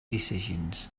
decisions